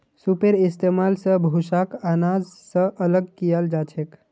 सूपेर इस्तेमाल स भूसाक आनाज स अलग कियाल जाछेक